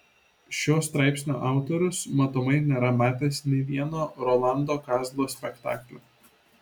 šio straipsnio autorius matomai nėra matęs nė vieno rolando kazlo spektaklio